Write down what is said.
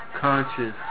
Conscious